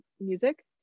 music